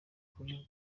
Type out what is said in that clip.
kuri